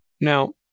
Now